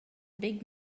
big